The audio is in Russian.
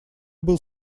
был